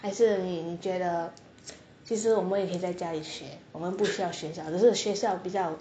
还是你觉得即使我们也可以在家里学我们不需要学校可是学校比较